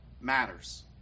matters